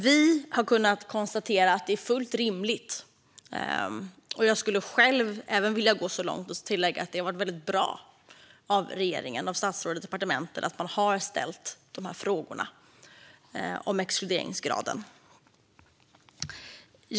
Vi har kunnat konstatera att det är fullt rimligt - jag skulle själv vilja gå så långt som att tillägga att det har varit väldigt bra - att regeringen, statsrådet och departementet har ställt dessa frågor om exkluderingsgraden.